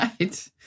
right